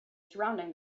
surrounding